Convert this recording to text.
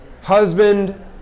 husband